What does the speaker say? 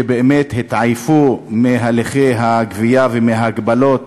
שבאמת התעייפו מהליכי הגבייה ומההגבלות